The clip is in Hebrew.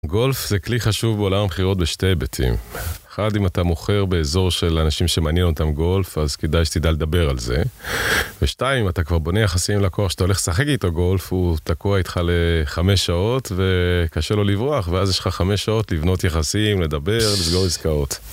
גולף זה כלי חשוב בעולם חירות בשתי היבטים. אחד, אם אתה מוכר באזור של אנשים שמעניין אותם גולף, אז כדאי שתדע לדבר על זה. ושתיים, אתה כבר בונה יחסים לקוח. כשאתה הולך לשחק איתו גולף, הוא תקוע איתך לחמש שעות, וקשה לו לברוח, ואז יש לך חמש שעות לבנות יחסים, לדבר, לסגור עסקאות.